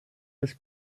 des